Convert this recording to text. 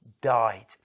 died